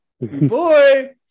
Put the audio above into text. boy